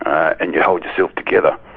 and you hold yourself together.